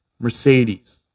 Mercedes